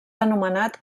anomenat